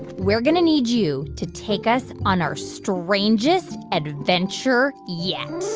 we're going to need you to take us on our strangest adventure yet